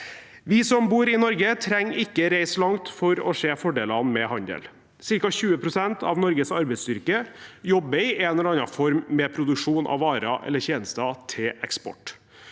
Vi som bor i Norge, trenger ikke reise langt for å se fordelene med handel. Ca. 20 pst. av Norges arbeidsstyrke jobber i en eller annen form med produksjon av varer eller tjenester til eksport.